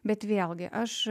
bet vėlgi aš